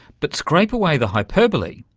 but scrape away the hyperbole,